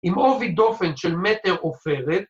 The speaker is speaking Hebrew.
‫עם עובי דופן של מטר עופרת.